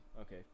Okay